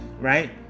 right